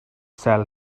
sell